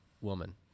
woman